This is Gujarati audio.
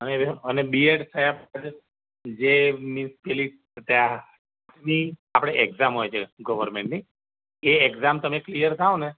અને એ બી એડ થયા પછી જે મીન્સ પેલી ટાટની આપણે એક્ઝામ હોય છે ગવર્મેન્ટની એ એક્ઝામ તમે ક્લીઅર થાઓને